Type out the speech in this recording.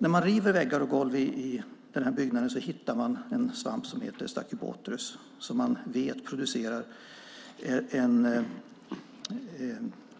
När man river väggar och golv i byggnaden hittar man en svamp som heter stachybotrys som man vet producerar ett